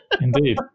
Indeed